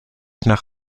nach